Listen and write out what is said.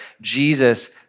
Jesus